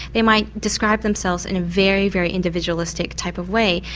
they might describe themselves in a very, very individualistic type of way.